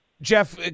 Jeff